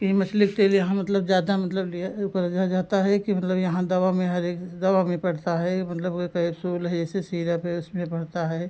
कि मछली के तेल यहाँ मतलब ज़्यादा मतलब लिया उपरजा जाता है कि मतलब यहाँ दवा में हर एक दवा में पड़ता है यह मतलब यह कैप्सूल है जैसे सीरप है उसमें पड़ता है